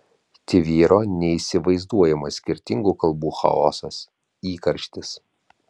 tvyro neįsivaizduojamas skirtingų kalbų chaosas įkarštis